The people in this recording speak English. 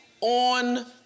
on